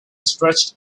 stretched